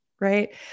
Right